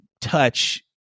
touch